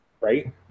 Right